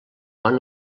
van